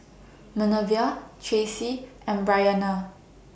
Manervia Traci and Bryanna